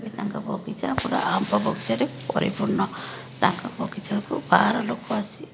ଏବେ ତାଙ୍କ ବଗିଚା ପୁରା ଆମ୍ବ ବଗିଚାରେ ପରିପୂର୍ଣ୍ଣ ତାଙ୍କ ବଗିଚାକୁ ବାହାର ଲୋକ ଆସି